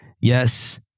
yes